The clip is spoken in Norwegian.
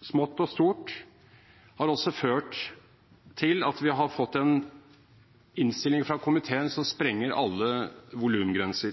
smått og stort, har ført til at vi har fått en innstilling fra komiteen som sprenger alle volumgrenser.